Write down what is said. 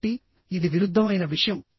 కాబట్టి ఇది విరుద్ధమైన విషయం